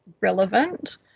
relevant